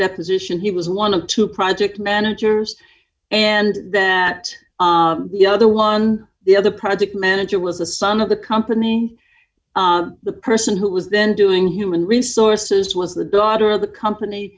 deposition he was one of two project managers and that the other one the other project manager was the son of the company the person who was then doing human resources was the daughter of the company